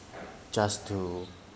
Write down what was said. just to